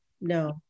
no